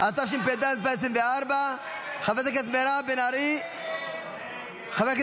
התשפ"ד 2024. אם כן,